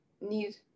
need